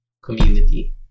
community